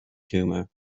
tumour